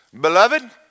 Beloved